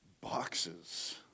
boxes